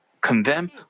condemn